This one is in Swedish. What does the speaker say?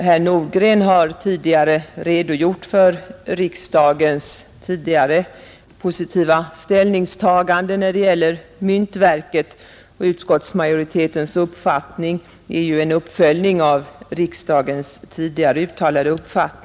Herr Nordgren har här redogjort för riksdagens positiva ställningstagande rörande myntverket, och utskottsmajoritetens uppfattning är ju en uppföljning av riksdagens tidigare ståndpunkt.